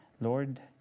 Lord